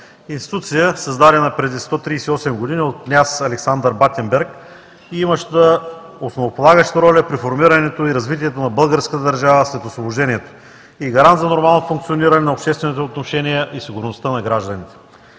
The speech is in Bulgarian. институция, създадена преди 138 години от княз Александър Батенберг и имаща основополагаща роля при формирането и развитието на българската държава след Освобождението и гарант за нормално функциониране на обществените отношения и сигурността на гражданите.